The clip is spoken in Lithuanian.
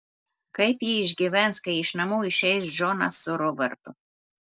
kaip ji išgyvens kai iš namų išeis džonas su robertu